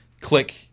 click